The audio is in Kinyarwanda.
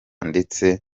ndetse